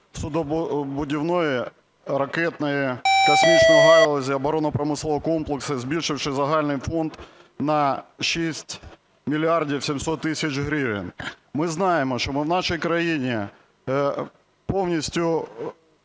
суднобудівної, ракетно-космічної галузі, оборонно-промислового комплексу", збільшивши загальний фонд на 6 мільярдів 700 тисяч гривень. Ми знаємо, що ми в нашій країні повністю,